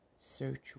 search